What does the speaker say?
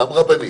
גם רבנים,